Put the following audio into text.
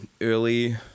early